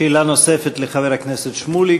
שאלה נוספת לחבר הכנסת שמולי.